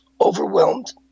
overwhelmed